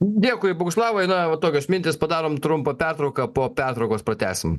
dėkui boguslavai na va tokios mintys padarom trumpą pertrauką po pertraukos pratęsim